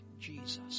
Jesus